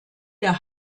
der